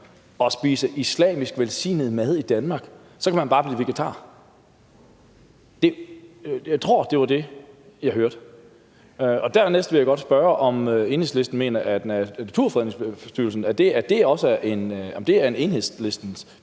at spise islamisk velsignet mad i Danmark, kan man bare blive vegetar. Jeg tror, det var det, jeg hørte. Dernæst vil jeg godt spørge, om Enhedslisten mener, at Naturfredningsforeningen